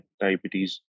diabetes